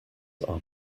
are